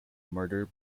murder